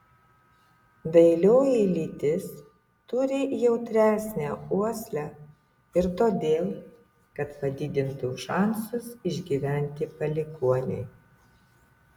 dailioji lytis turi jautresnę uoslę ir todėl kad padidintų šansus išgyventi palikuoniui